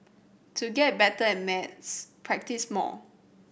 to get better at maths practise more